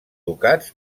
ducats